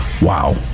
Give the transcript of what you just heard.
Wow